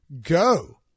go